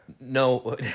No